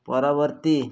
ପରବର୍ତ୍ତୀ